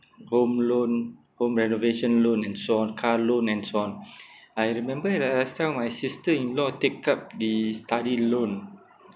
home loan home renovation loan and so on car loan and so on I remember the last time my sister-in-law take up the study loan